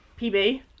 pb